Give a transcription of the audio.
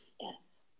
Yes